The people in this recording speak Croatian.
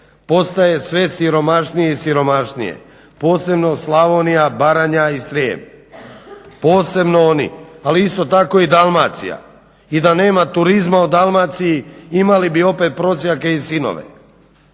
postaje sve siromašnije i siromašnije, posebno Slavonija, Baranja i Srijem. Posebno oni, ali isto tako i Dalmacija. I da nema turizma u Dalmaciji imali bi opet prosjake i sinove,